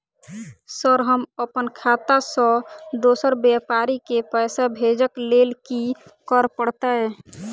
Sir हम अप्पन खाता सऽ दोसर व्यापारी केँ पैसा भेजक लेल की करऽ पड़तै?